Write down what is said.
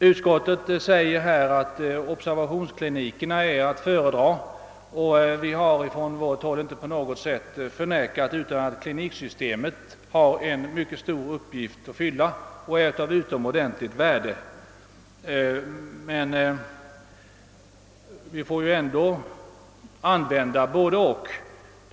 Utskottet anser att observationskliniker är att föredra. Vi har från vårt håll inte förnekat att kliniksystemet har en mycket stor uppgift att fylla och är utomordentligt värdefullt, och det bör finnas ett både-och.